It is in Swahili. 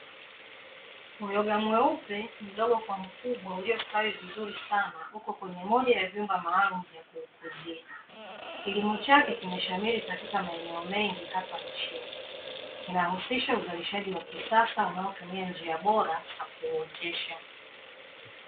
Uyoga mweupe, mdogo kwa mkubwa, uliostawi vizuri sana uko kwenye moja ya vyumba maalum vya kukuzia. Kilimo chake kimeshamiri katika maeneo mengi hapa nchini. Kinahusisha uzalishaji wa kisasa unaotumia njia bora za kuuotesha.